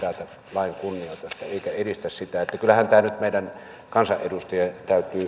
lain kunnioitusta eikä edistä sitä kyllähän tämä nyt meidän kansanedustajien